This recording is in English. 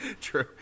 True